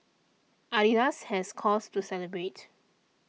Adidas has cause to celebrate